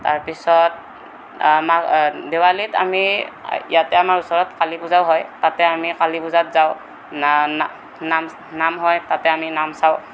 তাৰপিছত আমাৰ দেৱালীত আমি ইয়াতে আমাৰ ওচৰত কালী পূজাও হয় তাতে আমি কালী পূজাত যাওঁ নাম নাম হয় তাতে আমি নাম চাওঁ